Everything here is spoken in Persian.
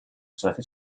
صورت